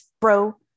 bro